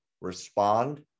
respond